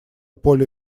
поле